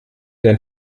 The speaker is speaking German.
dein